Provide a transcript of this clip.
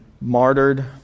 martyred